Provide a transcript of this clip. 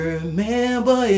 Remember